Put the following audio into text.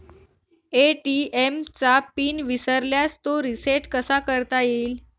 ATM चा pin विसरल्यास तो रिसेट कसा करता येईल?